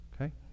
Okay